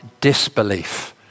disbelief